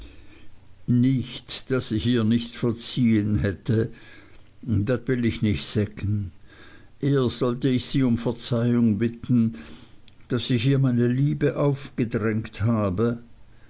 nicht daß ich ihr nicht verziehen hätte dat will ick nich seggen eher sollte ich sie um verzeihung bitten daß ich ihr meine liebe aufgedrängt habe